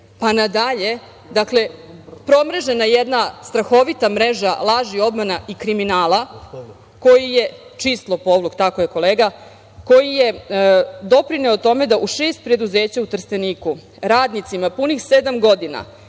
pa na dalje, dakle, promrežena je jedna strahovita mreža laži, obmana i kriminala, koji je čist lopovluk, koji je doprineo tome da u šest preduzeća u Trsteniku radnicima punih sedam godina